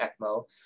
ECMO